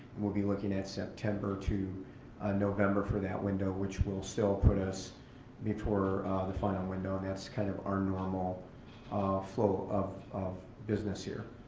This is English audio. we'll be looking at september to november for that window, which will still put us before the final window and that's kind of our normal flow of of business here.